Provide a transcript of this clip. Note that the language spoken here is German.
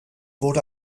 wurde